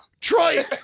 Troy